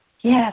Yes